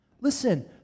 Listen